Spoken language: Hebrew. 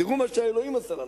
תראו מה אלוהים עשה לנו.